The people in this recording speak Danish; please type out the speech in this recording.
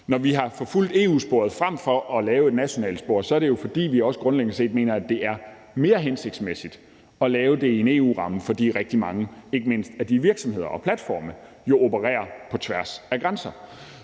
Når vi har forfulgt EU-sporet frem for at lave et nationalt spor, er det jo, fordi vi grundlæggende set også mener, at det er mere hensigtsmæssigt at lave det i en EU-ramme, fordi ikke mindst rigtig mange af de virksomheder og platforme jo opererer på tværs af grænser.